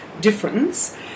difference